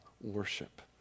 worship